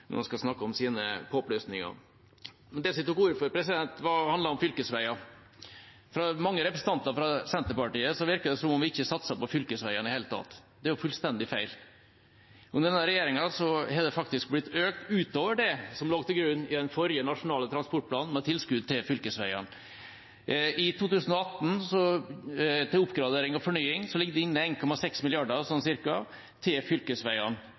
snakke om sine påplussinger. Men det jeg tok ordet for, handler om fylkesveier. På mange representanter fra Senterpartiet virker det som om vi ikke satser på fylkesveiene i det hele tatt. Det er fullstendig feil. Under denne regjeringen har det faktisk blitt økt, utover det som lå til grunn i den forrige nasjonale transportplanen med tilskudd til fylkesveiene. I 2018, til oppgradering og fornying, ligger det inne ca. 1,6 mrd. kr til fylkesveiene,